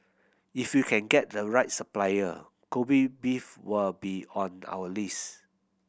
if you can get the right supplier Kobe beef will be on our list